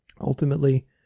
ultimately